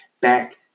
back